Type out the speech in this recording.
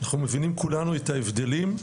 אנחנו מבינים כולנו את ההבדלים,